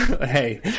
Hey